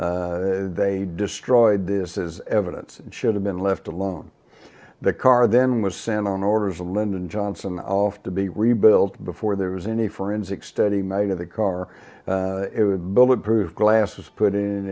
s they destroyed this is evidence and should have been left alone the car then was sent on orders to lyndon johnson off to be rebuilt before there was any forensic study made of the car it would bullet proof glass was put in